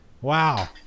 Wow